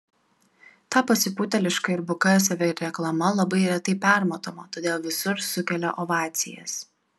ta pasipūtėliška ir buka savireklama labai retai permatoma todėl visur sukelia ovacijas